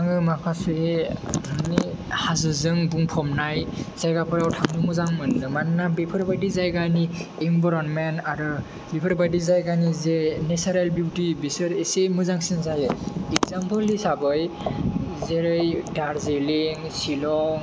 आङो माखासे मानि हाजोजों बुंफबनाय जायगाफोराव थांनो मोजां मोनो मानोना बेफोरबायदि जायगानि इनभाइरनमेन्ट आरो बेफोरबायदि जायगानि जे नेसारेल बिउटि बिसोर एसे मोजांसिन जायो एग्जामपोल हिसाबै जेरै दारजिलिं सिलं